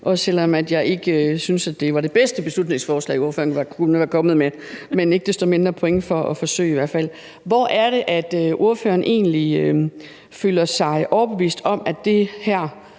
selv om jeg ikke synes, det er det bedste beslutningsforslag, ordføreren kunne være kommet med – men ikke desto mindre point for i hvert fald at forsøge. Hvad er det egentlig, der gør, at ordføreren føler sig overbevist om det her